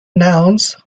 nouns